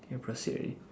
can proceed already